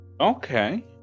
Okay